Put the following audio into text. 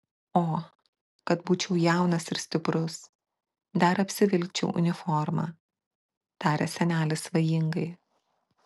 o kad būčiau jaunas ir stiprus dar apsivilkčiau uniformą tarė senelis svajingai